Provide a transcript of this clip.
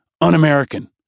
un-American